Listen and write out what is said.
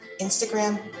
Instagram